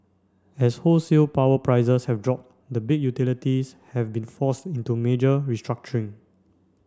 as wholesale power prices have dropped the big utilities have been forced into major restructuring